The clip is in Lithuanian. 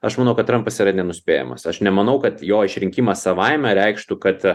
aš manau kad trampas yra nenuspėjamas aš nemanau kad jo išrinkimas savaime reikštų kad